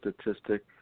statistic